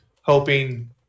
hoping